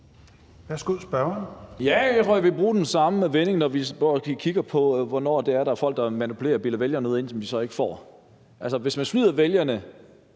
Mathiesen (NB): Ja, jeg tror, jeg vil bruge den samme vending, når vi står og kigger på, hvornår der er folk, der manipulerer og bilder vælgerne noget ind, som de så ikke får. Altså, hvis man snyder vælgerne